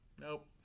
nope